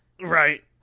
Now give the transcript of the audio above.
Right